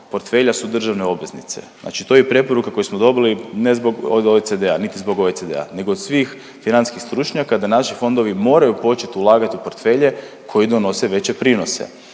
portfelja su državne obveznice. Znači to je preporuka koju smo dobili, ne zbog od OECD-a niti zbog OECD-a nego od svih financijskih stručnjaka da naši fondovi moraju počet ulagati u portfelje koji donose veće prinose.